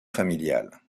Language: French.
familiale